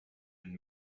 and